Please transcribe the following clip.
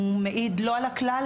הוא מעיד לא על הכלל,